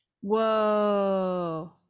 whoa